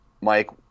Mike